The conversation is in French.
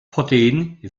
protéines